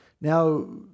Now